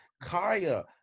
Kaya